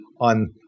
on